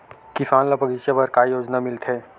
किसान ल बगीचा बर का योजना मिलथे?